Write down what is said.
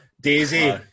Daisy